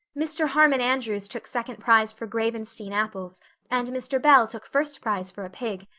mr. harmon andrews took second prize for gravenstein apples and mr. bell took first prize for a pig.